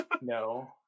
no